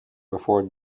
before